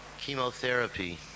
Chemotherapy